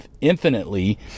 infinitely